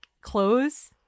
clothes